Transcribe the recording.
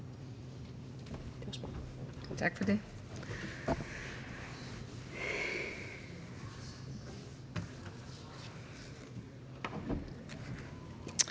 Tak for det,